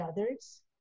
others